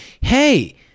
hey